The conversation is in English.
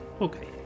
Okay